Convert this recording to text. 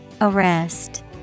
Arrest